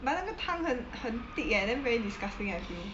but 那个汤很很 th~ thick eh then very disgusting eh I feel